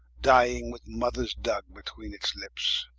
dying with mothers dugge betweene it's lips.